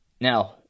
Now